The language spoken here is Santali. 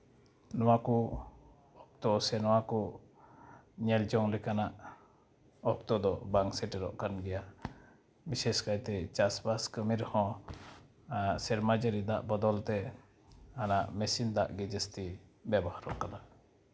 ᱱᱚᱣᱟ ᱠᱚ ᱚᱠᱛᱚ ᱥᱮ ᱱᱚᱣᱟ ᱠᱚ ᱧᱮᱞ ᱡᱚᱝ ᱞᱮᱠᱟᱱᱟᱜ ᱚᱠᱛᱚ ᱫᱚ ᱵᱟᱝ ᱥᱮᱴᱮᱨᱚᱜ ᱠᱟᱱ ᱜᱮᱭᱟ ᱵᱤᱥᱮᱥ ᱠᱟᱭᱛᱮ ᱪᱟᱥᱼᱵᱟᱥ ᱠᱟᱹᱢᱤ ᱨᱮᱦᱚᱸ ᱥᱮᱨᱢᱟ ᱡᱟᱹᱲᱤ ᱫᱟᱜ ᱵᱚᱫᱚᱞ ᱛᱮ ᱟᱨ ᱦᱟᱸᱜ ᱢᱮᱹᱥᱤᱱ ᱫᱟᱜ ᱜᱮ ᱡᱟᱹᱥᱛᱤ ᱵᱮᱵᱚᱦᱟᱨᱚᱜ ᱠᱟᱱᱟ